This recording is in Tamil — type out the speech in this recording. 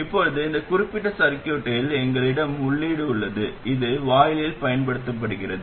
இப்போது இந்த குறிப்பிட்ட சர்க்யூட்டில் எங்களிடம் உள்ளீடு உள்ளது இது வாயிலில் பயன்படுத்தப்படுகிறது